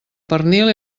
pernil